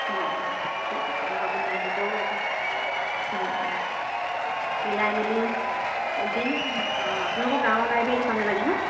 অঁ অঁ ঠিক আছে বাৰু আপুনি আহিব মিলাই মেলি দিম অঁ আপোনালোকৰ গাঁৱৰ লাইব্ৰেৰীটোৰ কাৰণে লাগে ন